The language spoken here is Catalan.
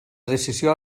decisió